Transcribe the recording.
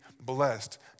blessed